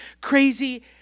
crazy